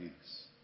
peace